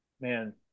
man